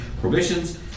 prohibitions